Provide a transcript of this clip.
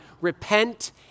Repent